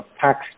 tax